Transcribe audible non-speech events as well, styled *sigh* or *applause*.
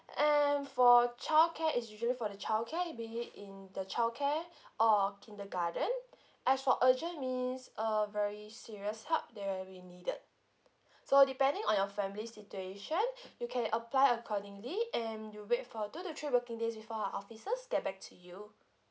and for childcare it's usually for the childcare it be it in the childcare *breath* or kindergarten as for urgent means uh very serious help there it'll be needed so depending on your family situation *breath* you can apply accordingly and you wait for two to three working days before our officers get back to you